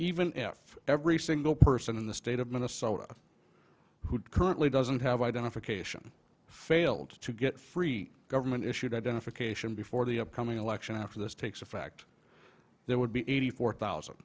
even if every single person in the state of minnesota who currently doesn't have identification failed to get free government issued identification before the upcoming election after this takes effect there would be eighty four thousand